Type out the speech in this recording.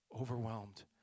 overwhelmed